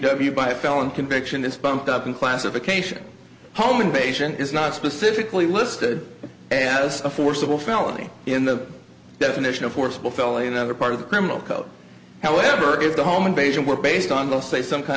you buy a felony conviction this bumped up in classification home invasion is not specifically listed as a forcible felony in the definition of forcible felony in another part of the criminal code however if the home invasion were based on those say some kind